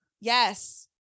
Yes